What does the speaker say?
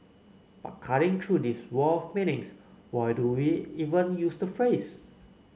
but cutting through this wall of meanings why do we even use the phrase